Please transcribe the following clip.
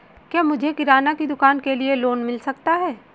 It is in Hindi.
क्या मुझे किराना की दुकान के लिए लोंन मिल सकता है?